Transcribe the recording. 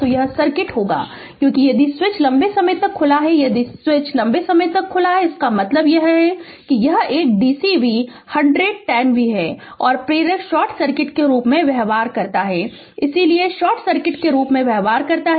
तो यह सर्किट होगा क्योंकि यदि स्विच लंबे समय तक खुला है यदि स्विच लंबे समय तक खुला है इसका मतलब है कि यह एक डीसी वी 100 10 वी है और प्रेरक शॉर्ट सर्किट के रूप में व्यवहार करता है इसलिए शॉर्ट सर्किट के रूप में व्यवहार करता है